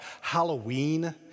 Halloween